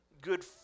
good